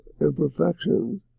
imperfection